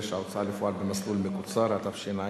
39) (הוצאה לפועל במסלול מקוצר), התשע"ב